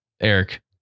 Eric